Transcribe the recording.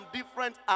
different